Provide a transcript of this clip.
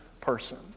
person